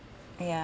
yeah